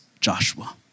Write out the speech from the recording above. joshua